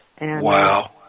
Wow